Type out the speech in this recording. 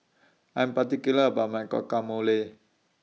I'm particular about My Guacamole